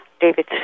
David